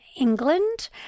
England